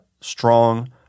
strong